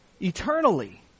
eternally